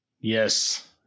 Yes